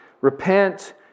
Repent